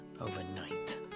overnight